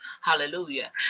hallelujah